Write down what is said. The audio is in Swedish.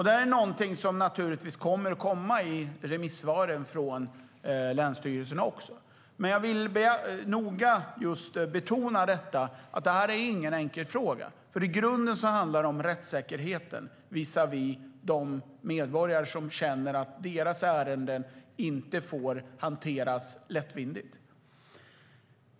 Det är naturligtvis något som kommer att framföras även i remissvaren från länsstyrelserna. Men jag vill betona att detta inte är någon enkel fråga. I grunden handlar den nämligen om rättssäkerheten visavi de medborgare som känner att deras ärenden inte får hanteras lättvindigt.